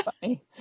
funny